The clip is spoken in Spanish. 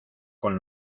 con